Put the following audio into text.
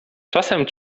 czasem